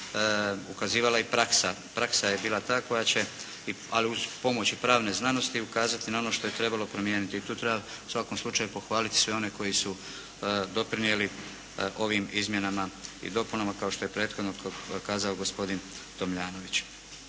ukazivala i praksa. Praksa je bila ta koja će ali uz pomoć i pravne znanosti ukazati na ono što je trebalo promijeniti. I tu treba u svakom slučaju pohvaliti sve one koji su doprinijeli ovim izmjenama i dopunama kao što je prethodno kazao gospodin Tomljanović.